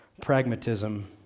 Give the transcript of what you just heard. pragmatism